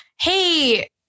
hey